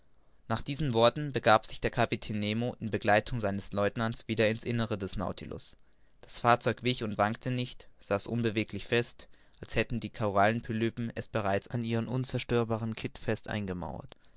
nach diesen worten begab sich der kapitän nemo in begleitung seines lieutenants wieder in's innere des nautilus das fahrzeug wich und wankte nicht saß unbeweglich fest als hätten die korallenpolypen es bereits in ihren unzerstörbaren kitt fest eingemauert